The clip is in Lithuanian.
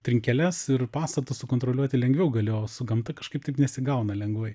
trinkeles ir pastatą sukontroliuoti lengviau gali o su gamta kažkaip taip nesigauna lengvai